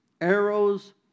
arrows